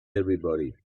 everybody